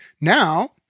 now